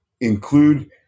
include